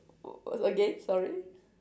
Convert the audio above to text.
oh a~ again sorry